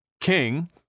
King